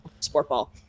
sportball